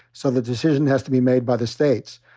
so the decision has to be made by the states.